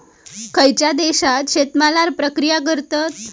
खयच्या देशात शेतमालावर प्रक्रिया करतत?